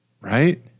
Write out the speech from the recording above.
Right